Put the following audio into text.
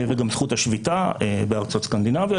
וגם זכות השביתה בארצות סקנדינביה,